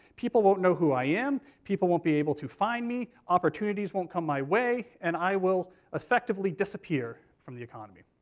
people won't know who i am, people won't be able to find me, opportunities won't come my way, and i will effectively disappear from the economy.